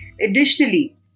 Additionally